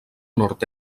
nord